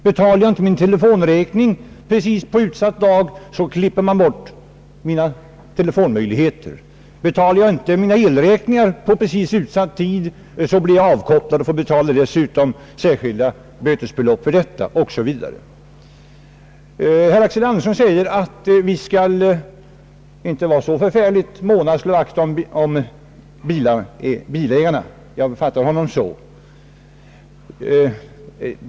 Betalar jag inte min telefonräkning precis på utsatt dag, klipper man bort mina telefonmöjligheter, betalar jag inte mina elräkningar precis på utsatt dag, blir jag avkopplad och får dessutom betala särskilda bötesbelopp 0. S. V. Herr Axel Andersson säger, om jag fattade honom rätt, att vi inte skall vara så måna att slå vakt om bilägarna.